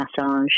massage